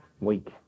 week